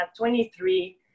23